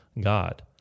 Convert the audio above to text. God